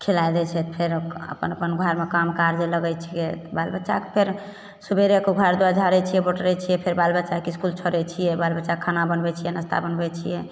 खिलाइ दै छियै फेर अपन अपन घरमे काम काजमे लगय छियै तऽ बाल बच्चाके फेर सबेरेके घर दुआरि झाड़य छियै बोटेरय छियै फेर बाल बच्चाके इसकुल छोड़य छियै बाल बच्चाके खाना बनबय छियै नस्ता बनबय छियै